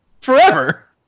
Forever